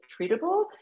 treatable